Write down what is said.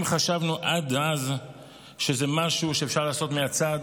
אם חשבנו עד אז שזה משהו שאפשר לעשות מהצד,